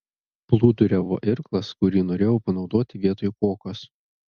plūduriavo irklas kurį norėjau panaudoti vietoj kuokos